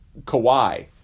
Kawhi